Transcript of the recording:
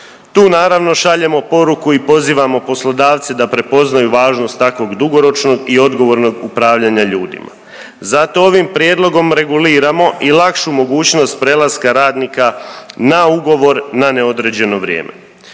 Tu naravno šaljemo poruku i pozivamo poslodavce da prepoznaju važnost takvog dugoročnog i odgovornog upravljanja ljudima. Zato ovim prijedlogom reguliramo i lakšu mogućnost prelaska radnika na ugovor na neodređeno vrijeme.